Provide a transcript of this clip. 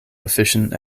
efficient